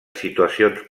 situacions